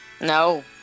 no